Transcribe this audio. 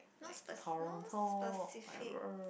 no speci~ no specific